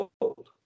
old